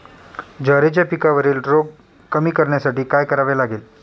ज्वारीच्या पिकावरील रोग कमी करण्यासाठी काय करावे लागेल?